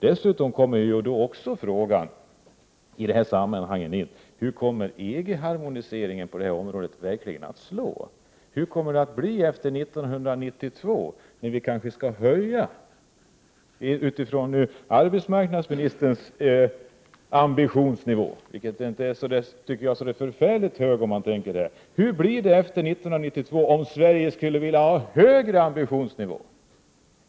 Dessutom kommer en annan fråga in i detta sammanhang: Hur kommer EG-harmoniseringen att slå på detta område? Hur kommer det att bli efter 1992, när vi kanske — utifrån arbetsmarknadsministerns ambitionsnivå, vilken jag inte tycker är så förfärligt hög — skall höja kraven? Hur blir det om Sverige skulle vilja höja ambitionsnivån efter 1992?